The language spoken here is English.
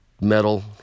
metal